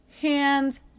hands